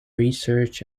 research